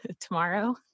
tomorrow